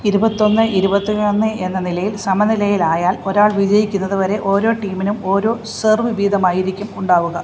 ഇരുപത്തൊന്ന് ഇരുപത്തി ഒന്ന് എന്ന നിലയിൽ സമനിലയിലായാൽ ഒരാൾ വിജയിക്കുന്നത് വരെ ഓരോ ടീമിനും ഓരോ സെർവ് വീതമായിരിക്കും ഉണ്ടാവുക